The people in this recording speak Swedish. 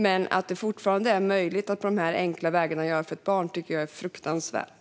Men att det fortfarande är möjligt att på enkel väg beröva barn deras medborgarskap är fruktansvärt.